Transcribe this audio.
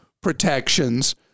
protections